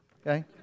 okay